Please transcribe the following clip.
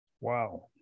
Wow